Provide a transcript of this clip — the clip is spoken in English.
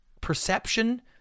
perception